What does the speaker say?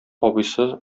абыйсы